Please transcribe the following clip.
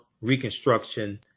Reconstruction